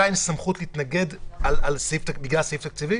אין סמכות להתנגד בגלל סעיף תקציבי?